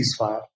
ceasefire